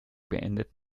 beendet